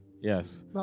Yes